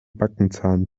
backenzahn